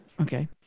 Okay